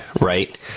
right